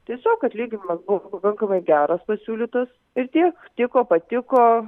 tiesiog atlyginimas buvo pakankamai geras pasiūlytas ir tie tiko patiko